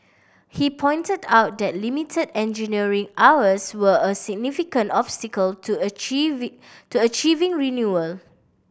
he pointed out that limited engineering hours were a significant obstacle to to achieving renewal